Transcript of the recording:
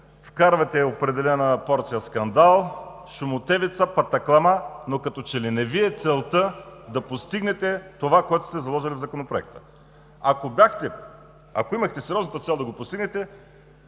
вкарвате определена порция скандал, шумотевица, патаклама, но като че ли целта Ви не е да постигнете това, което сте заложили в Законопроекта. Ако имахте сериозната цел да го постигнете